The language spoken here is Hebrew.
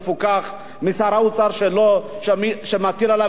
האוצר שלו שמטיל עליו גזירות כלכליות,